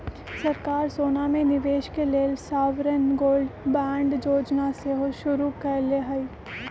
सरकार सोना में निवेश के लेल सॉवरेन गोल्ड बांड जोजना सेहो शुरु कयले हइ